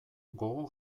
gogo